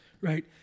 right